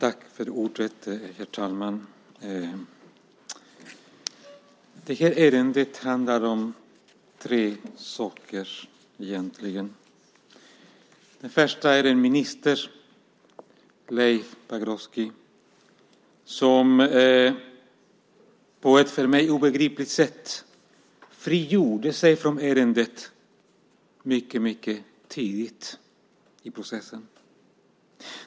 Herr talman! Ärendet handlar om tre saker. Det första är att minister Leif Pagrotsky på ett för mig obegripligt sätt frigjorde sig från ärendet mycket tidigt i processen.